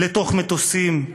לתוך מטוסים,